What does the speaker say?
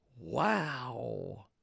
Wow